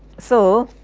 so